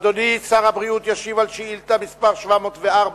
אדוני שר הבריאות ישיב על שאילתא מס' 704,